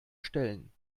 stellen